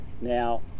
Now